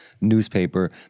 newspaper